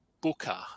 Booker